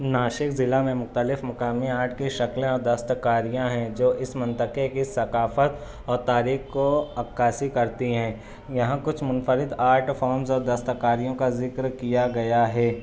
ناسک ضلع میں مختلف مقامی آرٹ کی شکلیں اور دستکاریاں ہیں جو اس منطقے کی ثقافت اور تاریخ کو عکاسی کرتی ہیں یہاں کچھ منفرد آرٹ فاؤنز اور دستکاریوں کا ذکر کیا گیا ہے